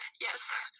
Yes